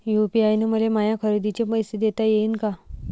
UPI न मले माया खरेदीचे पैसे देता येईन का?